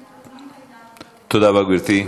גברתי.